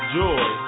joy